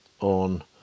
on